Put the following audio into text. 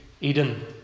Eden